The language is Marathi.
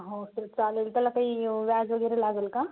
हो सर चालेल त्याला काही व्याज वगैरे लागंल का